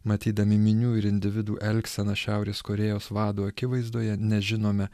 matydami minių ir individų elgseną šiaurės korėjos vado akivaizdoje nežinome